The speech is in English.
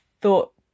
thought